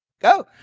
Go